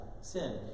sin